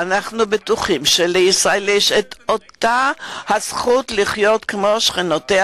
אנחנו בטוחים שלישראל יש אותה הזכות לחיות כמו שכנותיה,